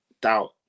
doubt